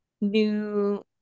new